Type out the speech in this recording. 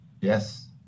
Yes